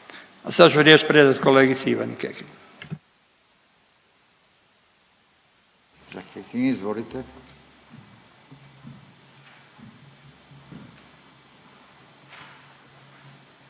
a sad ću riječ predati kolegici Ivani Kekin.